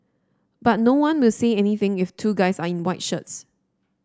but no one will say anything if two guys are in white shirts